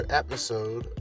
episode